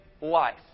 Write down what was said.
life